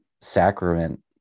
sacrament